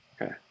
Okay